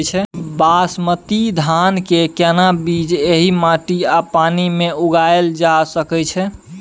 बासमती धान के केना बीज एहि माटी आ पानी मे उगायल जा सकै छै?